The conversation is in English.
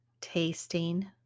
tasting